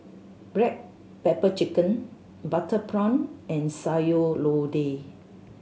black pepper chicken butter prawn and Sayur Lodeh